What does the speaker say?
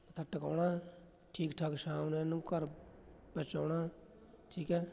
ਮੱਥਾ ਟਿਕਾਉਣਾ ਠੀਕ ਠਾਕ ਸ਼ਾਮ ਨੂੰ ਇਹਨਾਂ ਨੂੰ ਘਰ ਪਹੁੰਚਾਉਣਾ ਠੀਕ ਹੈ